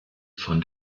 von